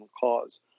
cause